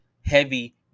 heavy